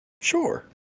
sure